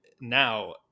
now